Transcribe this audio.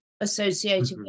associated